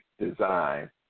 design